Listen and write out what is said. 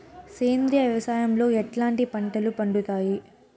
సేంద్రియ వ్యవసాయం లో ఎట్లాంటి పంటలు పండుతాయి